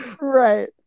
Right